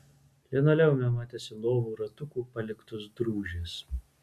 linoleume matėsi lovų ratukų paliktos drūžės